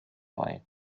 bei